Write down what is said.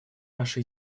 наши